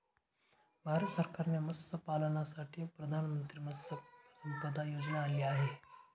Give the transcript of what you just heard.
भारत सरकारने मत्स्यपालनासाठी प्रधानमंत्री मत्स्य संपदा योजना आणली आहे